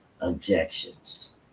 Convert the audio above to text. objections